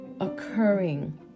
occurring